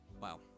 wow